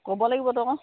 ক'ব লাগিবতো আকৌ